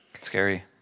scary